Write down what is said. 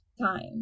time